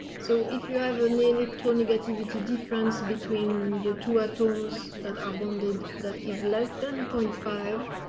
so if you have an electro negativity difference between the two items that are bonded that is less than point five.